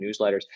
newsletters